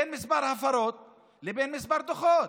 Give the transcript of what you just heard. בין מספר ההפרות לבין מספר הדוחות,